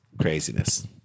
Craziness